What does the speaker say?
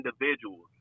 individuals